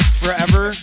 forever